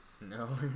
no